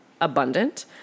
abundant